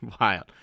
Wild